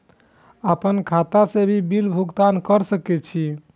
आपन खाता से भी बिल भुगतान कर सके छी?